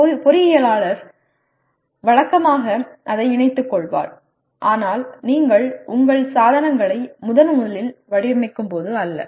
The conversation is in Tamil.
ஒரு பொறியியலாளர் வழக்கமாக அதை இணைத்துக்கொள்வார் ஆனால் நீங்கள் உங்கள் சாதனங்களை முதன் முதலில் வடிவமைக்கும்போது அல்ல